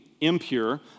impure